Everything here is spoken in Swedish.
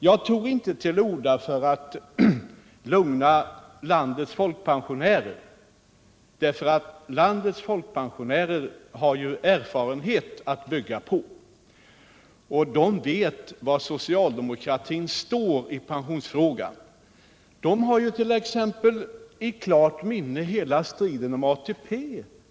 Jag tog inte till orda för att lugna landets folkpensionärer. De har ju erfarenhet att bygga på, och de vet var socialdemokratin står i pensionsfrågan. De hart.ex. i klart minne hela striden om ATP.